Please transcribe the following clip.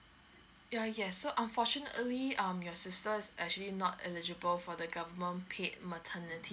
yeah yes so unfortunately um your sister's actually not eligible for the government paid maternity